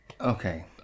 Okay